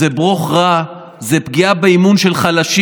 זה ברוך רע, זו פגיעה באמון של חלשים.